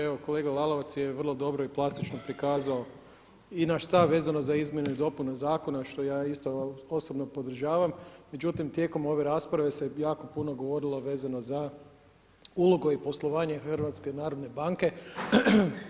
Evo kolega Lalovac je vrlo dobro i plastično prikazao i naš stav vezano za izmjene i dopune zakona što ja isto osobno podržavam, međutim tijekom ove rasprave se jako puno govorilo vezano za ulogu i poslovanju HNB-a.